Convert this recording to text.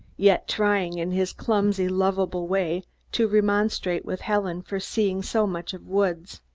yet trying in his clumsy, lovable way to remonstrate with helen for seeing so much of woods.